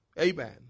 Amen